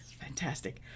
Fantastic